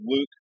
Luke